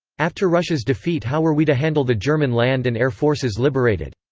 after russia's defeat how were we to handle the german land and air forces liberated?